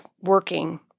working